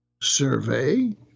survey